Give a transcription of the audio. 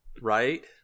Right